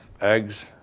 eggs